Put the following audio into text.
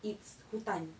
it's hutan